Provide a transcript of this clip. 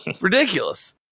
Ridiculous